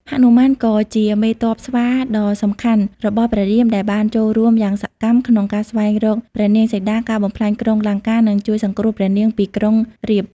ហនុមានក៏ជាមេទ័ពស្វាដ៏សំខាន់របស់ព្រះរាម ដែលបានចូលរួមយ៉ាងសកម្មក្នុងការស្វែងរកព្រះនាងសីតា ការបំផ្លាញក្រុងលង្កា និងជួយសង្គ្រោះព្រះនាងពីក្រុងរាពណ៍ ។